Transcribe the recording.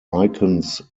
icons